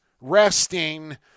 resting